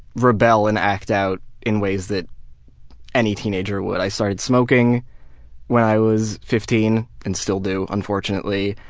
rebel and act out in ways that any teenager would. i started smoking when i was fifteen, and still do, unfortunately.